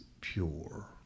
pure